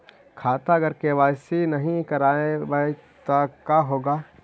खाता अगर के.वाई.सी नही करबाए तो का होगा?